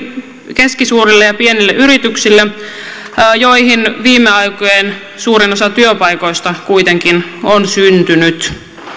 keskisuurille ja pienille yrityksille joihin suurin osa viime aikojen työpaikoista kuitenkin on syntynyt